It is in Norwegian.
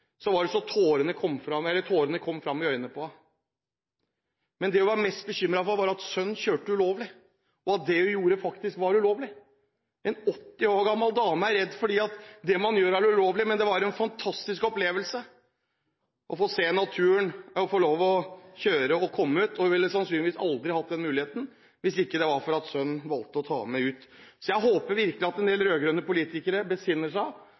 kom tårene fram i øynene hennes. Men det hun var mest bekymret for, var at sønnen hennes kjørte ulovlig, at det hun gjorde faktisk var ulovlig – en 80 år gammel dame var redd fordi det man gjorde, var ulovlig. Men det var en fantastisk opplevelse å få se naturen, å få lov til å komme ut og kjøre på denne måten, og hun ville sannsynligvis aldri ha fått den muligheten hvis det ikke hadde vært for at sønnen valgte å ta henne med ut. Derfor håper jeg virkelig at en del rød-grønne politikere besinner seg